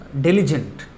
Diligent